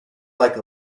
like